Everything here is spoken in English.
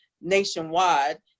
nationwide